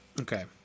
Okay